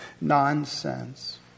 nonsense